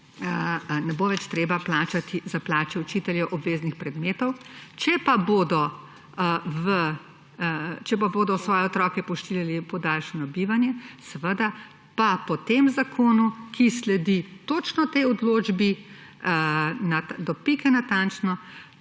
ne bo več treba plačati za plače učiteljev obveznih predmetov. Če pa bodo svoje otroke pošiljali v podaljšano bivanje, pa bodo po tem zakonu, ki sledi točno tej odločbi do pike natančno,